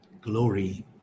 glory